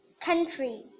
Country